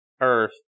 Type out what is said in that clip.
Earth